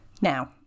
Now